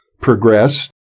progressed